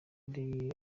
ari